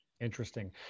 Interesting